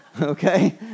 Okay